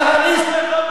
הכהניסט הזה,